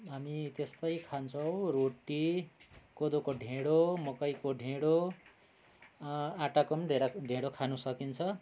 हामी त्यस्तै खान्छौँ रोटी कोदोको ढेडो मकैको ढेडो आटाको पनि ढेडो ढेडो खान सकिन्छ